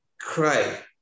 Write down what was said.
cry